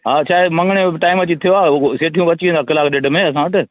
हा छाहे मङणे जो टाइम अची थियो आहे सेठियूं अची वेंदा कलाक ॾेढ में असां वटि